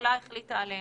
שהממשלה החליטה עליהן.